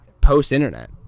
post-internet